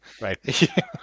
right